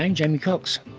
and jamie cox.